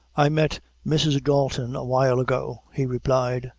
i met mrs. dalton a while ago, he replied,